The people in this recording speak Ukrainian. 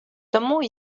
тому